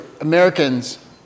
Americans